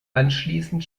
anschließend